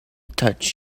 touch